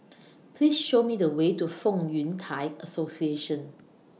Please Show Me The Way to Fong Yun Thai Association